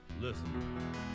listen